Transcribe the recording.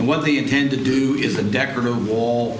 and what they intend to do is a decorative wall